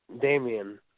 Damien